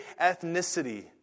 ethnicity